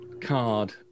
card